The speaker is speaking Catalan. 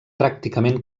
pràcticament